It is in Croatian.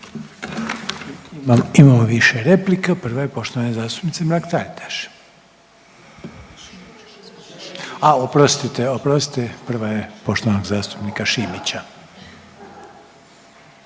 Imamo više replika. Prva je poštovane zastupnice Mrak-Taritaš. A oprostite, oprostite, prva je poštovanog zastupnika Šimića.